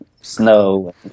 snow